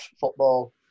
football